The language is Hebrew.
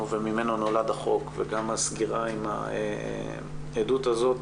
וממנו נולד החוק הסגירה עם העדות הזאת,